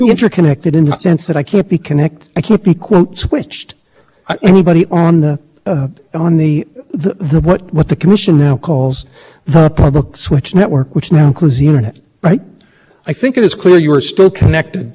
earth but i'm talking about the statute i think it's a reasonable interpretation of interconnected to mean that you're interconnected to part of the network rather than every point on the network i think that was the commission's position even in the well under the old rule that for example